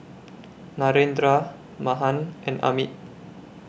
Narendra Mahan and Amit